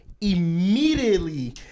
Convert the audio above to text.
immediately